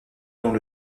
dont